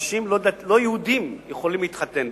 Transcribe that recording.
שאנשים לא-יהודים יכולים להתחתן.